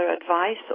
advice